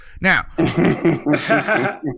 Now